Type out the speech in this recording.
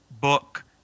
book